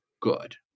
good